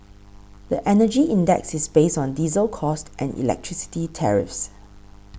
the Energy Index is based on diesel costs and electricity tariffs